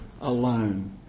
alone